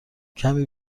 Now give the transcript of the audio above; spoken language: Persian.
کمی